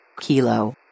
Kilo